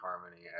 Harmony